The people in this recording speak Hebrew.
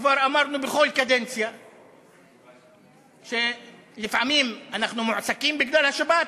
כבר אמרנו בכל קדנציה שלפעמים אנחנו מועסקים בגלל השבת,